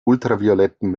ultraviolettem